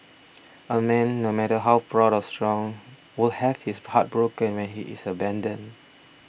a man no matter how proud or strong will have his heart broken when he is abandoned